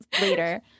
later